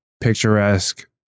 picturesque